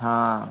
हा